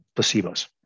placebos